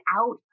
out